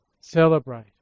celebrate